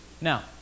Now